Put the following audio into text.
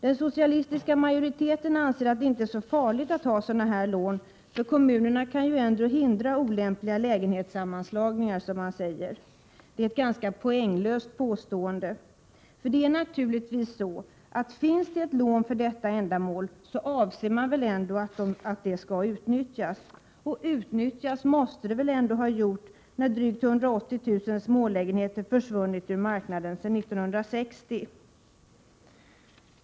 Den socialistiska majoriteten anser att det inte är så farligt att ha sådana här lån, för kommunerna kan ju ändå hindra olämpliga lägenhetssammanslagningar, som man säger. Det är ett ganska poänglöst påstående. Finns det ett lån för detta ändamål avser man väl ändå att det skall utnyttjas! Och utnyttjat måste det väl ändå ha blivit, när drygt 180 000 smålägenheter har försvunnit ur marknaden sedan 1960?